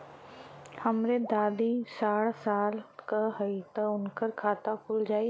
हमरे दादी साढ़ साल क हइ त उनकर खाता खुल जाई?